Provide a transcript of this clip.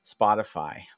Spotify